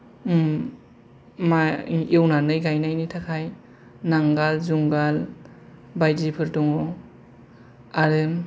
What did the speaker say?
माइ एवनानै गायनायनि थाखाय नांगोल जुंगाल बायदिफोर दङ आरो